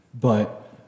But-